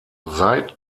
seit